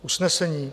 Usnesení